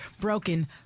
broken